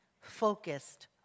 focused